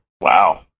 Wow